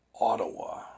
Ottawa